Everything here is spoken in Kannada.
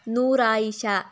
ನೂರ್ ಆಯಿಷಾ